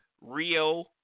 Rio